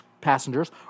passengers